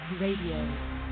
Radio